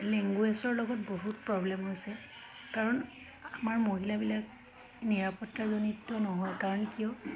লেংগুৱেজৰ লগত বহুত প্ৰব্লেম হৈছে কাৰণ আমাৰ মহিলাবিলাক নিৰাপত্তাজনিত নহয় কাৰণ কিয়